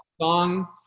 Song